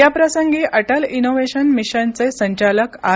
याप्रसंगी अटल इनोव्हेशन मिशनचे संचालक आर